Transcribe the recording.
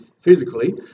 physically